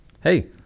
hey